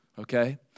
okay